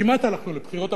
כמעט הלכנו לבחירות,